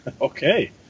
Okay